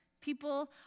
People